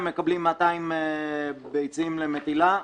הם מקבלים 200 ביצים למטילה.